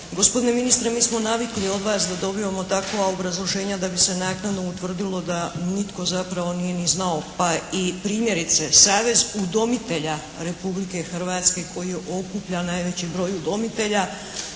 Gospodine ministre mi smo navikli od vas da dobivamo takva obrazloženja da bi se naknadno utvrdilo da nitko zapravo nije ni znao, pa i primjerice Savez udomitelja Republike Hrvatske koji je okuplja najveći broj udomitelja